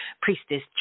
Priestess